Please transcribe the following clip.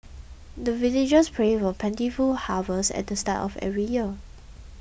the villagers pray for plentiful harvest at start of every year